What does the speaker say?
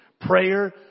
Prayer